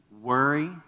Worry